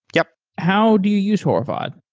yup how do you use horovod?